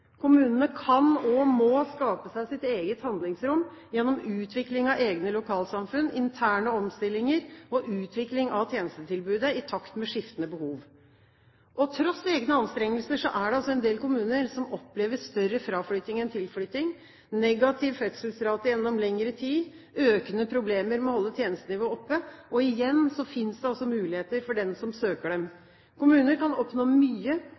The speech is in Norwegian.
Kommunene kan og må skape sitt eget handlingsrom gjennom utvikling av egne lokalsamfunn, interne omstillinger og utvikling av tjenestetilbudet i takt med skiftende behov. Trass i egne anstrengelser er det en del kommuner som opplever større fraflytting enn tilflytting, negativ fødselsrate gjennom lengre tid og økende problemer med å holde tjenestenivået oppe. Igjen finnes det muligheter for den som søker tjenester. Kommuner kan oppnå mye